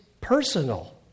personal